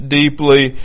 deeply